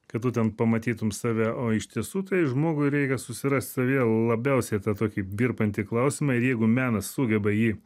kad tu ten pamatytum save o iš tiesų tai žmogui reikia susirast savyje labiausiai tą tokį virpantį klausimą ir jeigu menas sugeba jį